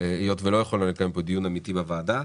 היות ולא יכולנו לקיים דיון אמיתי בוועדה.